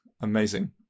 Amazing